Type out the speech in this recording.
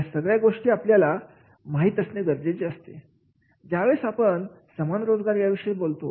या सगळ्या गोष्टी आपल्याला माहिती असणे गरजेचे आहे ज्यावेळेस आपण समान रोजगार याविषयी बोलत असतो